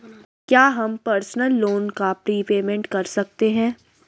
क्या हम personal loan का प्रीपेमेंट कर सकते हैं?